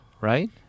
right